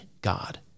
God